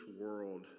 world